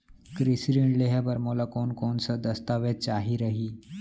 कृषि ऋण लेहे बर मोला कोन कोन स दस्तावेज चाही रही?